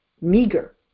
meager